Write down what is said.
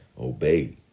obey